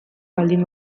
baldin